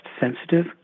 sensitive